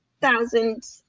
thousand